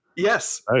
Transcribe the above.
Yes